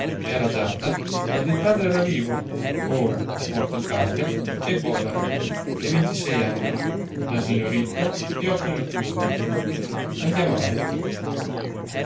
era agiata quando il padre era vivo ora morto il padre è povera e ventisei anni nasino ritto e occhi notturni andiamo avanti